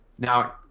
Now